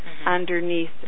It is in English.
Underneath